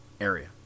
area